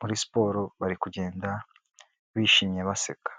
muri siporo bari kugenda bishimye baseka.